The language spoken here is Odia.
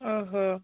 ଓ ହୋ